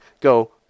go